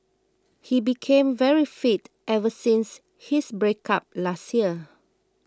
he became very fit ever since his breakup last year